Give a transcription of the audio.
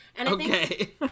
Okay